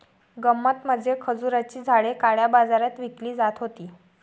गंमत म्हणजे खजुराची झाडे काळ्या बाजारात विकली जात होती